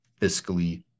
fiscally